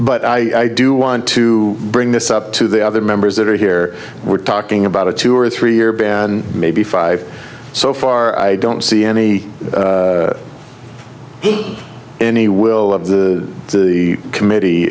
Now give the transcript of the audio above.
but i do want to bring this up to the other members that are here we're talking about a two or three year ban maybe five so far i don't see any any will of the the committee